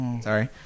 sorry